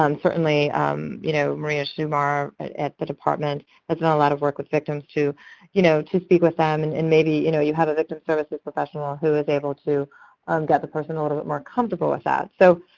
um certainly um you know maria schumar at at the department has done a lot of work with victims to you know to speak with them, and and maybe you know you have a victims services professional ah who is able to get the person a little bit more comfortable with that. so